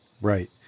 Right